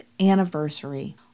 anniversary